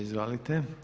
Izvolite.